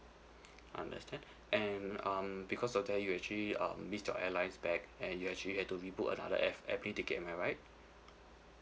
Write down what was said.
understand and um because of that you actually um missed your airlines back and you actually had to rebook another air airplane ticket am I right